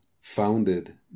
founded